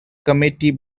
community